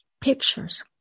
pictures